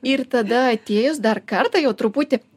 ir tada atėjus dar kartą jau truputį